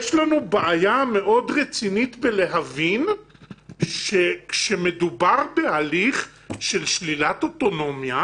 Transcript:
יש לנו בעיה מאוד רצינית בלהבין שכשמדובר בהליך של שלילת אוטונומיה,